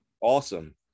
awesome